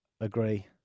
agree